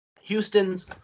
Houston's